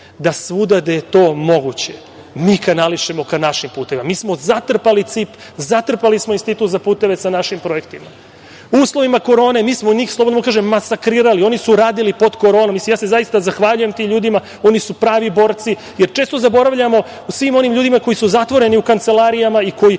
da svuda gde je to moguće mi kanališemo ka našim putevima. Mi smo zatrpali CIP, zatrpali smo „Institut za puteve“ sa našim projektima. U uslovima korone, slobodu mogu da kažem, mi smo njih masakrirali. Oni su radili pod koronom. Ja se zaista zahvaljujem tim ljudima, oni su pravi borci. Jer, često zaboravljamo svim onim ljudima koji su zatvoreni u kancelarijama i koji